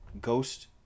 Ghost